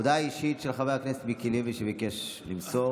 הודעה אישית של חבר הכנסת מיקי לוי, שביקש למסור.